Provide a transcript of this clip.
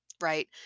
right